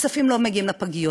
הכספים לא מגיעים לפגיות.